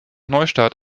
neustadt